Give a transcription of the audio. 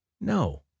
No